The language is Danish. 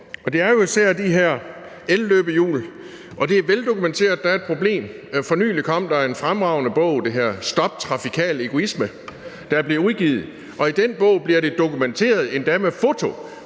Det er jo især de her elløbehjul, og det er veldokumenteret, at der er et problem. For nylig blev der udgivet en fremragende bog, der hedder »Stop trafikal egoisme«, og i den bog bliver det dokumenteret, endda med foto,